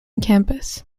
campus